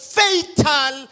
fatal